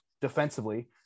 Defensively